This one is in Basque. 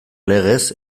legez